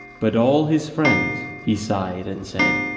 but all his friends, he signed and said,